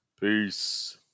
Peace